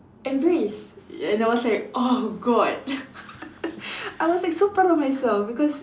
embrace and I was like oh god I was like so proud of myself because